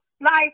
life